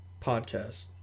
podcast